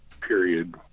period